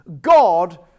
God